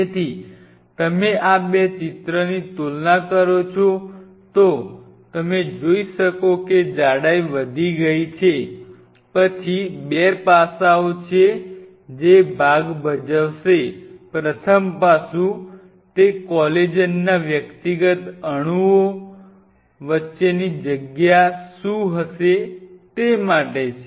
તેથી તમે આ બે ચિત્રની તુલના કરો તો તમે જોશો કે જાડાઈ વધી ગઈ છે પછી બે પાસાઓ છે જે ભાગ ભજ વશે પ્રથમ પાસું તે કોલેજનના વ્યક્તિગત અણુઓ વચ્ચેની જગ્યા શું હશે તે માટે છે